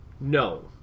No